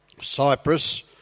Cyprus